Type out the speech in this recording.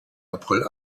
april